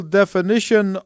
definition